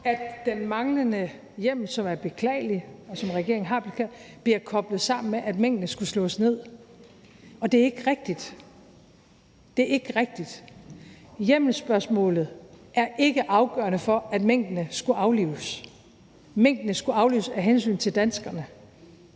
at den manglende hjemmel, som er beklagelig, og som regeringen har beklaget, bliver koblet sammen med, at minkene skulle slås ned, og det er jo ikke rigtigt. Det er ikke rigtigt. Hjemmelsspørgsmålet er ikke afgørende for, at minkene skulle aflives. Minkene skulle aflives af hensyn til danskerne.